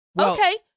Okay